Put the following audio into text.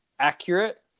accurate